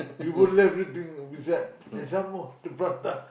you would love everything there and some more the prata